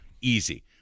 easy